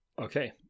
Okay